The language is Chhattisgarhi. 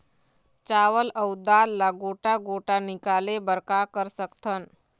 चावल अऊ दाल ला गोटा गोटा निकाले बर का कर सकथन?